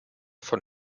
von